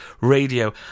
Radio